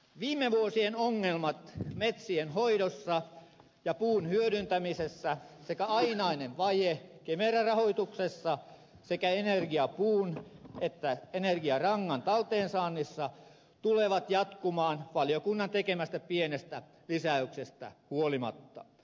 viime vuosien ongelmat metsien hoidossa ja puun hyödyntämisessä sekä ainainen vaje kemera rahoituksessa sekä energiapuun että energiarangan talteensaannissa tulevat jatkumaan valiokunnan tekemästä pienestä lisäyksestä huolimatta